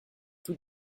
tout